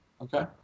Okay